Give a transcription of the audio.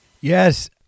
Yes